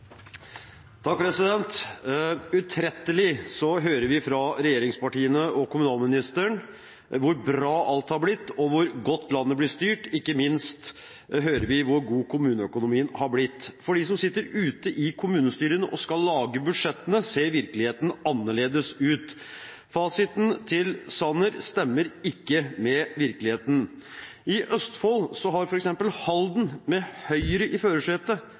hvor godt landet blir styrt. Ikke minst hører vi hvor god kommuneøkonomien har blitt. For dem som sitter ute i kommunestyrene og skal lage budsjettene, ser virkeligheten annerledes ut. Fasiten til Sanner stemmer ikke med virkeligheten. I Østfold har f.eks. Halden med Høyre i førersetet